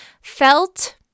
felt